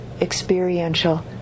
experiential